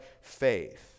faith